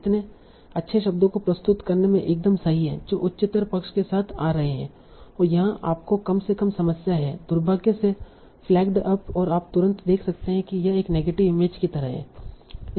इतने अच्छे शब्दों को प्रस्तुत करने में एकदम सही है जो उच्चतर पक्ष के साथ आ रहे हैं और यहाँ आपको कम से कम समस्या है दुर्भाग्य से फ्लैगड अप और आप तुरंत देख सकते है की यह एक नेगेटिव इमेज की तरह हैं